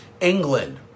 England